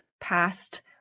past